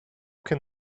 can